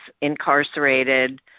incarcerated